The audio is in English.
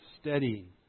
steady